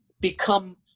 become